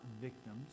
victims